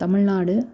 Tamil Nadu